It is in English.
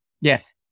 Yes